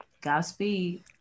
Godspeed